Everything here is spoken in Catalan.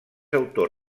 autor